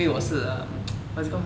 因为我是 uh what is it called